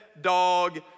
dog